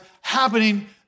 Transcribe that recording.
happening